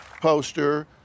poster